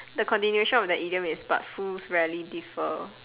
the continuation of the idiom is but fools rarely differ